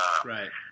right